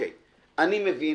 אני מבין